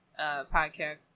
podcast